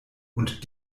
und